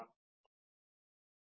0 0' 0 1 1 1 1' 1 0